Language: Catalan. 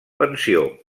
pensió